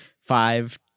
five